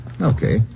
Okay